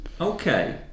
Okay